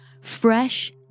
fresh